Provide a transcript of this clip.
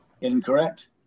Incorrect